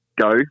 go